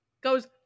goes